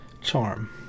charm